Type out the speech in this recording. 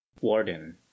warden